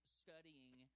studying